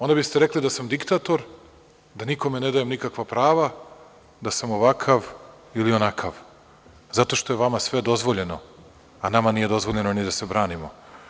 Onda biste rekli da sam diktator, da nikome ne dajem nikakva prava, da sam ovakav ili onakav, zato što je vama sve dozvoljeno, a nama nije dozvoljeno ni da se branimo.